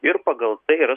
ir pagal tai yra